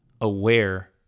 aware